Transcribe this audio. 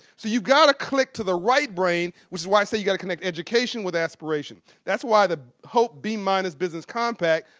so you've got to click to the right brain which is why i say you've got to connect education with aspiration. that's why the hope b-minus business compact,